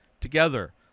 together